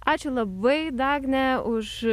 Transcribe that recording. ačiū labai dagne už